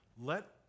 let